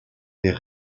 est